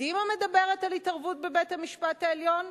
קדימה מדברת על התערבות בבית-המשפט העליון?